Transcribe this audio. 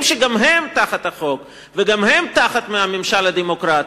שגם הם תחת החוק וגם הם תחת הממשל הדמוקרטי.